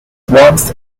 warmth